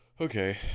Okay